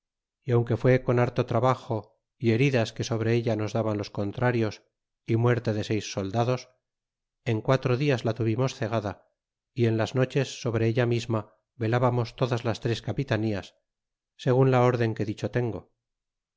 y aunque fue con harto trabajo y heridas que sobre ella nos daban los contrarios é muerte de seis soldados en quatro dias la tuvimos cegada y en las noches sobre ella misma velábamos todas las tres capitanías segun la rden que dicho tengo